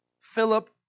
Philip